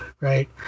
right